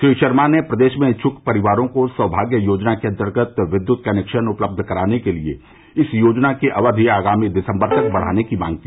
श्री षर्मा ने प्रदेष में नये इच्छुक परिवारों को सौभाग्य योजना के अन्तर्गत विद्युत कनैक्षन उपलब्ध कराने के लिये इस योजना की अवधि आगामी दिसम्बर तक बढ़ाने की मांग की